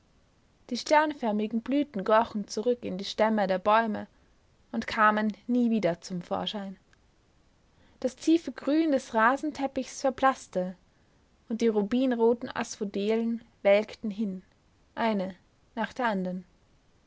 die sternförmigen blüten krochen zurück in die stämme der bäume und kamen nie wieder zum vorschein das tiefe grün des rasenteppichs verblaßte und die rubinroten asphodelen welkten hin eine nach der andern